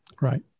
Right